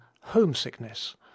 homesickness